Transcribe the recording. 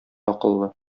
акыллы